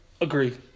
Agreed